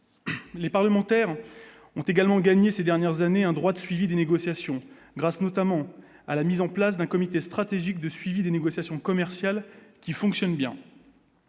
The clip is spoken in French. les parlementaires ont également gagné ces dernières années un droit de suivi des négociations, grâce notamment à la mise en place d'un comité stratégique de suivi des négociations commerciales qui fonctionne bien,